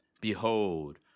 Behold